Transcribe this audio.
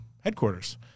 headquarters